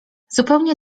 zupełnie